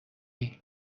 این